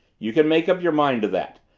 you can make up your mind to that.